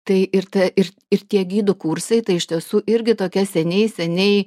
tai ir ir ir tie gidų kursai tai iš tiesų irgi tokie seniai seniai